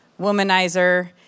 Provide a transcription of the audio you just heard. womanizer